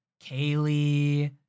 Kaylee